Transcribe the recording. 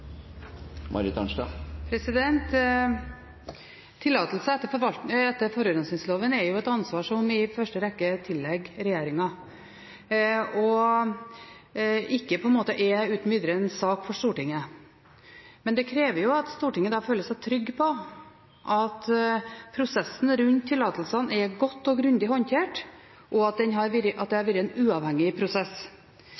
jo et ansvar som i første rekke tilligger regjeringen, og er ikke uten videre en sak for Stortinget. Men det krever at Stortinget føler seg trygg på at prosessen rundt tillatelsene er godt og grundig håndtert, og at det har vært en uavhengig prosess. I prosessen når det gjelder sjødeponi i Førdefjorden, må en